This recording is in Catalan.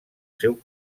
seu